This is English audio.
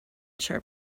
sharp